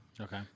Okay